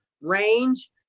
range